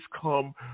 come